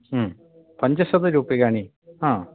पञ्चशतरूप्यकाणि हा